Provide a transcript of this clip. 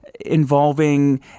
involving